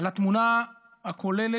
על התמונה הכוללת,